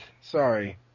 Sorry